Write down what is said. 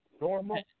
Normal